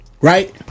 right